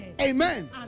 Amen